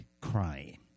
crying